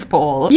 Paul